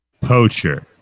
Poacher